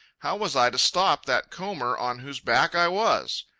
how was i to stop that comber on whose back i was?